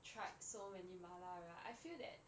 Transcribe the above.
tried so many 麻辣 right I feel that